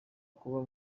kuba